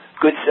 Good